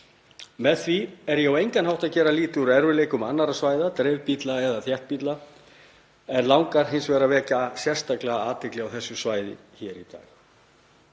Með því er ég á engan hátt að gera lítið úr erfiðleikum annarra svæða, dreifbýlla eða þéttbýlla, en langar hins vegar að vekja sérstaklega athygli á þessu svæði hér í dag.